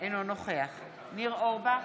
אינו נוכח ניר אורבך,